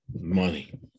money